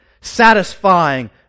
Satisfying